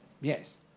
Yes